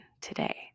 today